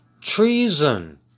treason